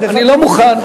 אני לא מוכן.